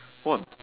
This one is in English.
what